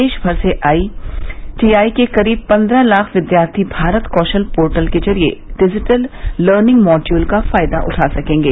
देशभर से I T I के करीब पन्द्रह लाख विद्यार्थी भारत कौशल पोर्टल के जरिए डिजिटल लनिंग मॉड्यूल का फायदा उठा सकेंगे